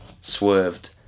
swerved